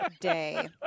day